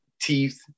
teeth